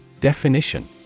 Definition